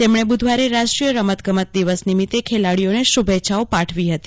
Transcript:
તેમણે બુધવારે રાષ્ટ્રીય રમતગમત દિવસ નિમિત્તે ખેલાડીઓને શુભેચ્છા પાઠવી હતી